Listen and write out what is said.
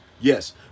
yes